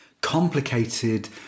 complicated